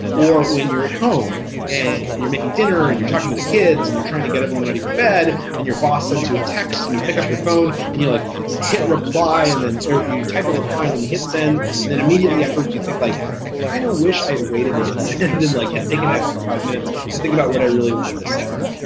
or when you're at home and you're making dinner and you're talking to the kids and you're trying to get everyone ready for bed and your boss sends you a text and you pick up your phone and you like hit reply and you type a reply and then you hit send, and then immediately afterwards you think like i kinda kind of wish i'd waited to hit send and like taken an extra five minutes to think about what i really wanted to say.